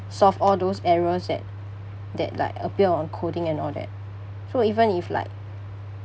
solve all those errors that that like appear on coding and all that so even if like